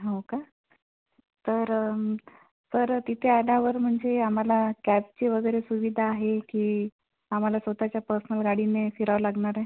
हो का तर तर तिते आल्यावर म्हणजे आम्हाला कॅबची वगैरे सुविधा आहे की आम्हाला स्वतःच्या पर्सनल गाडीने फिरावं लागणारय